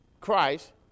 Christ